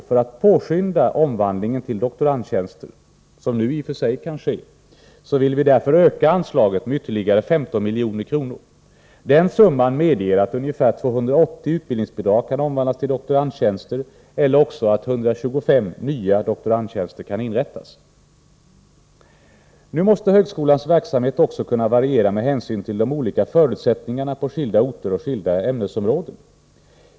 För att påskynda omvandlingen till doktorandtjänster, som nu i och för sig kan ske, vill vi därför öka anslaget med 15 milj.kr. Den summan medger att ungefär 280 utbildningsbidrag kan omvandlas till doktorandtjänster eller också att 125 nya doktorandtjänster kan inrättas. Nu måste högskolans verksamhet också kunna variera med hänsyn till de olika förutsättningarna på skilda orter och skilda ämnesområden.